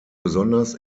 besonders